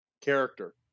character